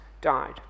died